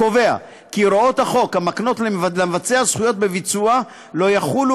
קובע כי הוראות החוק המקנות למבצע זכויות בביצוע לא יחולו